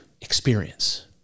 experience